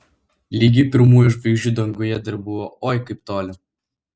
ligi pirmųjų žvaigždžių danguje dar buvo oi kaip toli